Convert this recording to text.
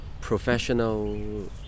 professional